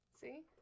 See